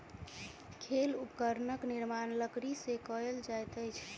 खेल उपकरणक निर्माण लकड़ी से कएल जाइत अछि